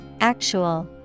Actual